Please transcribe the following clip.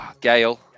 Gale